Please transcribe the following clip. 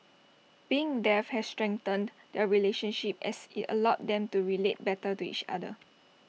being deaf has strengthened their relationship as IT allowed them to relate better to each other